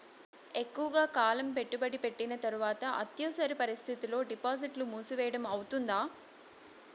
ఎక్కువగా కాలం పెట్టుబడి పెట్టిన తర్వాత అత్యవసర పరిస్థితుల్లో డిపాజిట్లు మూసివేయడం అవుతుందా?